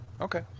Okay